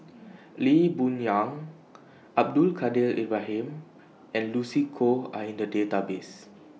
Lee Boon Yang Abdul Kadir Ibrahim and Lucy Koh Are in The Database